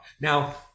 now